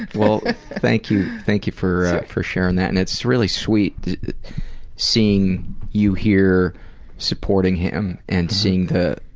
well thank you thank you for for sharing that and it's really sweet seeing you here supporting him and seeing the